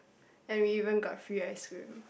and we even got free ice cream